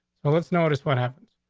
so let's notice what happens.